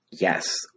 Yes